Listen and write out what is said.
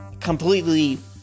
completely